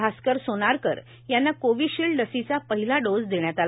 भास्कर सोनारकर यांना कोविशिल्ड लसीचा पहिला डोज देण्यात आला